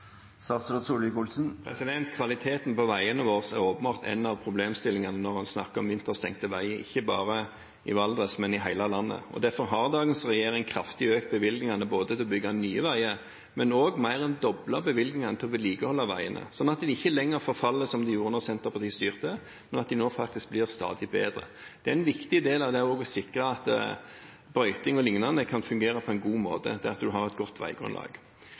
Kvaliteten på veiene våre er åpenbart en av problemstillingene når en snakker om vinterstengte veier, ikke bare i Valdres, men i hele landet. Derfor har dagens regjering økt bevilgningene til å bygge nye veier kraftig, og også mer enn doblet bevilgningene til å vedlikeholde veiene sånn at de ikke lenger forfaller slik de gjorde da Senterpartiet styrte, men at de nå faktisk blir stadig bedre. Det at en har et godt veigrunnlag, er en viktig del av det å sikre at brøyting o.l. kan fungere på en god måte.